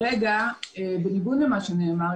בניגוד למה שנאמר,